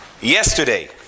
yesterday